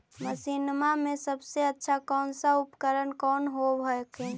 मसिनमा मे सबसे अच्छा कौन सा उपकरण कौन होब हखिन?